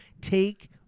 Take